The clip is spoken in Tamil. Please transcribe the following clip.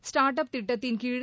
ஸ்டார்ட் அப் திட்டத்தின்கீழ்